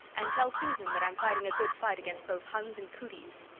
and tell susan that i'm fighting a good fight against both huns and cooties.